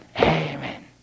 Amen